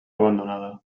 abandonada